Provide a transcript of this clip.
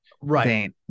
right